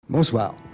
Bonsoir